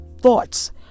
thoughts